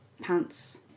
pants